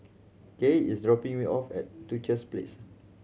Kaye is dropping me off at Duchess Place